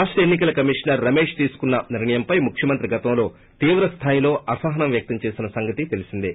రాష్ట్ ఎన్ని కల కోమిషనర్ రమేశ్ తీసుకున్న నిర్ణయంపై ముఖ్యమంత్రి గతంలో తీవ్ర స్థాయిలో అసహానం వ్వక్తం చేసిన సంగతి తెలిసిందే